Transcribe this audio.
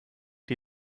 die